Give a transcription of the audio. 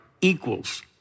equals